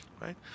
Right